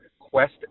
Quest